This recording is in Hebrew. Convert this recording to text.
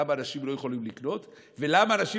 למה אנשים לא יכולים לקנות ולמה אנשים